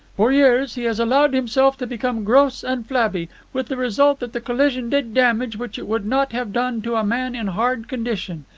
for years he has allowed himself to become gross and flabby, with the result that the collision did damage which it would not have done to a man in hard condition.